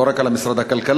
לא רק על משרד הכלכלה,